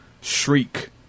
shriek